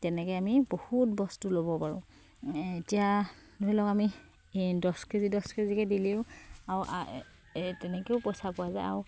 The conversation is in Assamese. তেনেকে আমি বহুত বস্তু ল'ব পাৰোঁ এতিয়া ধৰি লওক আমি দছ কেজি দছ কেজিকে দিলেও আৰু তেনেকেও পইচা পোৱা যায় আৰু